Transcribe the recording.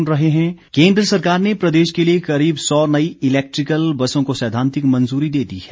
गोविंद ठाक्र केंद्र सरकार ने प्रदेश के लिए करीब एक सौ नई इलेक्ट्रिकल बसों को सैद्वांतिक मंजूरी दे दी है